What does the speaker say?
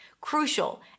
Crucial